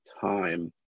time